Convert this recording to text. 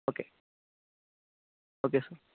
okay okay sir